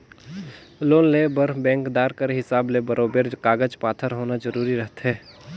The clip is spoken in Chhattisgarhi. लोन लेय बर बेंकदार कर हिसाब ले बरोबेर कागज पाथर होना जरूरी रहथे